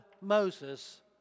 Moses